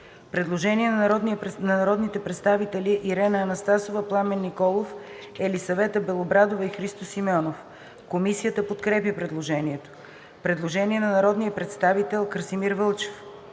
Предложение на народните представители Ирена Анастасова, Пламен Николов, Елисавета Белобрадова и Христо Симеонов. Комисията подкрепя предложението. Предложение на народния представител Красимир Вълчев.